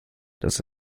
das